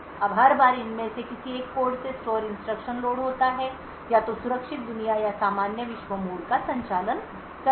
अब हर बार इनमें से किसी एक कोड से स्टोर इंस्ट्रक्शन लोड होता है या तो सुरक्षित दुनिया या सामान्य विश्व मोड का संचालन करेगा